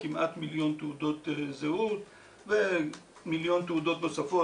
כמעט מיליון תעודות זהות ומיליון תעודות נוספות,